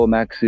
Max